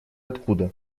откуда